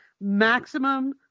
maximum